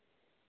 okay